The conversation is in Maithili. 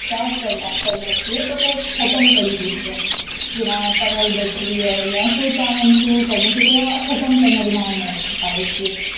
स्टार्ट करने छी तऽ ओकरा खतम करिके उठबै जेना पढ़ऽ लए बैठलियै या कोनो काम हम शुरू करने छी तऽ ओकरा खतम करने बिना हम नहि उठै पारै छियै